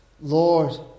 Lord